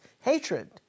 hatred